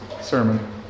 sermon